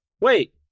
wait